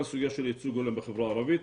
גם סוגיה של ייצוג הולם בחברה הערבית.